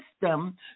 system